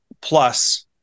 plus